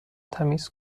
تمیز